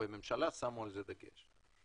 בממשלה שמו על זה דגש.